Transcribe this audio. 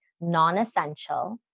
non-essential